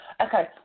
Okay